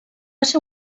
ser